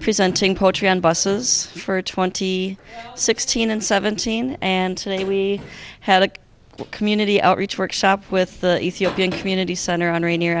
presenting poetry on buses for twenty sixteen and seventeen and today we had a community outreach workshop with the ethiopian community center on rainier